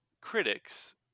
critics